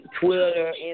Twitter